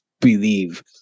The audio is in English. believe